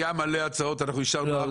אגב,